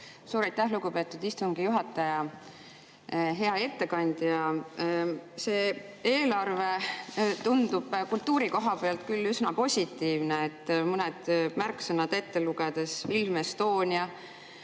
Suur aitäh, lugupeetud istungi juhataja! Hea ettekandja! See eelarve tundub kultuuri koha pealt küll üsna positiivne. Loen mõned märksõnad ette: Film Estonia,